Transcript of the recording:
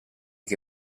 che